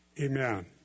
Amen